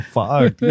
fuck